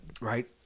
Right